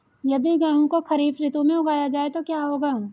यदि गेहूँ को खरीफ ऋतु में उगाया जाए तो क्या होगा?